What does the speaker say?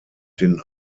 den